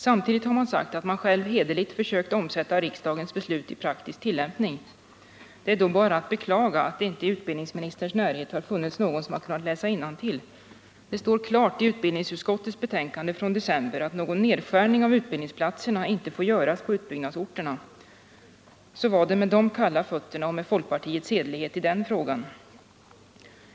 Samtidigt har man sagt att man själv hederligt försökt omsätta riksdagens beslut i praktisk tillämpning. Det är då bara att beklaga att det inte i utbildningsministerns närhet finns någon som kan läsa innantill. Det står. Nr 127 klart i utbildningsutskottets betänkande från december att någon nedskär Torsdagen den ning av utbildningsplatser inte får göras på utbyggnadsorterna. Så var det med 19 april 1979 de kalla fötterna och med folkpartiets hederlighet i den frågan.